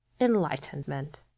Enlightenment